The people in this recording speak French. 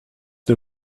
des